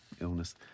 illness